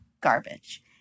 garbage